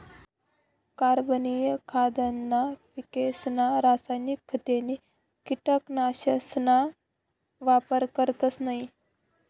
कार्बनिक खाद्यना पिकेसमा रासायनिक खते नी कीटकनाशकसना वापर करतस नयी